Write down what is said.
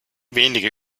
wenige